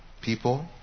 people